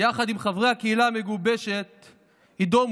יחד עם חברי הקהילה המגובשת יידומו,